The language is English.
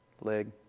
Leg